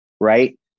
right